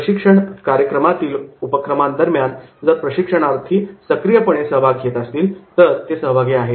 प्रशिक्षण कार्यक्रमातील उपक्रमांदरम्यान जर प्रशिक्षणार्थी सक्रियपणे भाग घेत असतील तर ते सहभागी आहेत